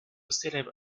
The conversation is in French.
célèbre